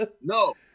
no